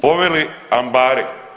Pomeli ambare.